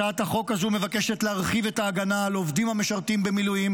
הצעת החוק הזו מבקשת להרחיב את ההגנה על עובדים המשרתים במילואים